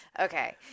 okay